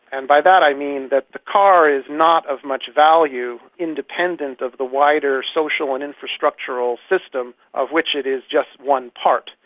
and by that i mean that the car is not of much value independent of the wider social and infrastructural system of which it is just one part.